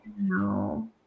No